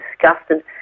disgusted